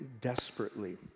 desperately